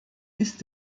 ist